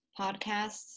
podcasts